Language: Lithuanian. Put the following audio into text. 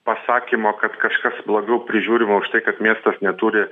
pasakymo kad kažkas blogiau prižiūrima už tai kad miestas neturi